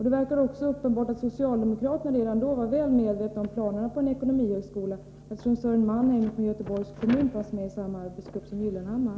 Det verkar också uppenbart att socialdemokraterna redan då var väl medvetna om planerna på en ekonomihögskola, eftersom Sören Mannheimer från Göteborgs kommun var med i samma arbetsgrupp som Gyllenhammar.